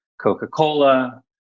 Coca-Cola